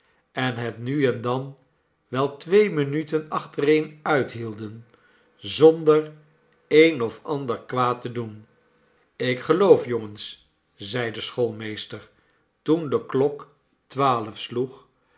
en het nu en dan wel twee minuten achtereen uithielden zonder een of ander kwaad te doen ik geloof jongens zeide de schoolmeester toen de klok twaalf sloeg